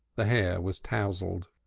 the hair was touzled.